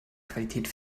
qualität